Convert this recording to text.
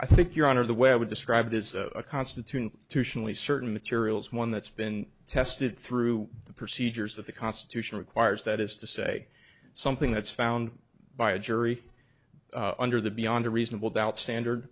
i think your honor the way i would describe it is a constitution to shortly certain materials one that's been tested through the procedures of the constitution require that is to say something that's found by a jury under the beyond a reasonable doubt standard